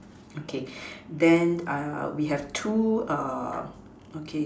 okay then we have two okay